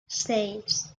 seis